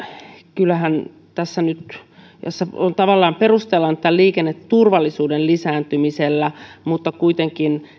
kyllähän tässä nyt tavallaan perustellaan tätä liikenneturvallisuuden lisääntymisellä mutta kuitenkin